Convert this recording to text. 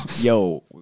Yo